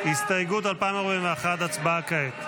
3 הסתייגות 2041 לא נתקבלה.